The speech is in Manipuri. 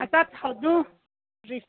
ꯑꯆꯥꯊꯥꯎꯗꯨ